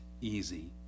easy